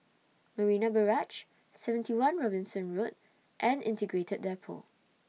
Marina Barrage seventy one Robinson Road and Integrated Depot